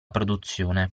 produzione